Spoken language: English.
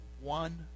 one